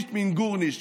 גורנישט מיט גורנישט.